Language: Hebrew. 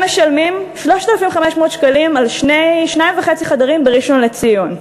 הם משלמים 3,500 שקלים על שניים וחצי חדרים בראשון-לציון.